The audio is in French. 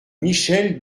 michèle